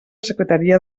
secretaria